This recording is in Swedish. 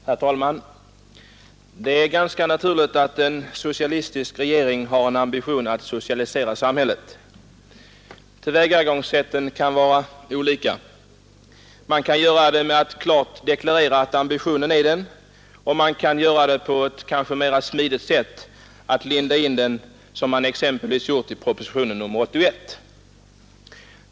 Herr talman! Det är ganska naturligt att en socialistisk regerings ambition är att socialisera samhället. Tillvägagångssätten kan då variera. Man kan göra det med att klart deklarera att man har den ambitionen, eller man kan göra det mera smidigt och linda in sina avsikter så som man t.ex. gjort i propositionen 81.